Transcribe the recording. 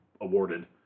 awarded